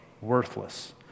worthless